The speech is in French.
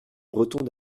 breton